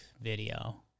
video